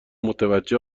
متوجه